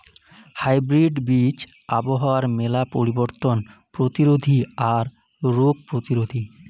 hybrid বীজ আবহাওয়ার মেলা পরিবর্তন প্রতিরোধী আর রোগ প্রতিরোধী